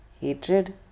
Hatred